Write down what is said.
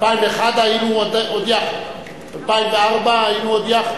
ב-2001 עוד היינו יחד, ב-2004 היינו עוד יחד.